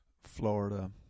Florida